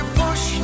push